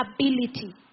ability